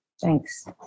Thanks